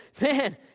man